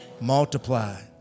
Multiply